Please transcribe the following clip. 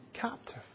captive